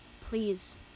please